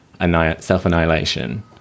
self-annihilation